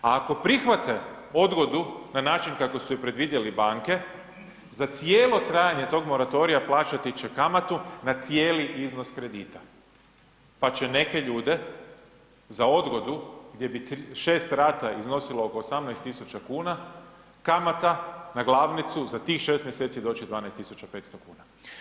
A ako prihvate odgodu na način kako su je predvidjele banke za cijelo trajanje tog moratorija plaćati će kamatu na cijeli iznos kredita, pa će neke ljude za odgodu gdje bi 6 rata iznosilo oko 18.000 kuna, kamata na glavnicu za tih 6 mjeseci doći 12.500 kuna.